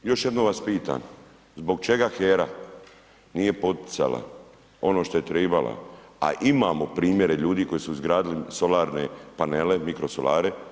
Još jednom vas pitam, zbog čega HERA nije poticala ono što je trebala, a imamo primjere ljudi koji su izgradili solarne panele, mikro solare?